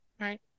right